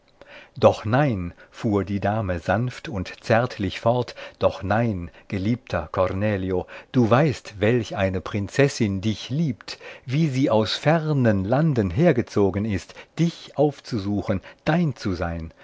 doch nein fuhr die dame sanft und zärtlich fort doch nein geliebter cornelio du weißt welch eine prinzessin dich liebt wie sie aus fernen landen hergezogen ist dich aufzusuchen dein zu sein